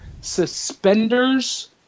suspenders